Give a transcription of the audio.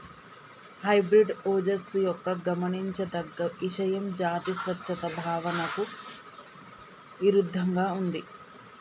hybrid ఓజస్సు యొక్క గమనించదగ్గ ఇషయం జాతి స్వచ్ఛత భావనకు ఇరుద్దంగా ఉంది